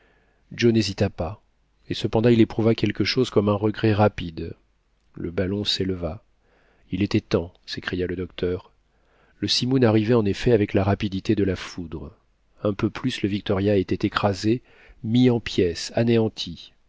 joe n'hésita pas et cependant il éprouva quelque chose comme un regret rapide le ballon s'enleva il était temps s'écria le docteur le simoun arrivait en effet avec la rapidité de la foudre un peu plus le victoria était écrasé mis en pièces anéanti